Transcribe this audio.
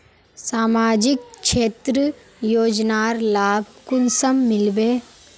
सामाजिक क्षेत्र योजनार लाभ कुंसम मिलबे?